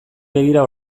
begira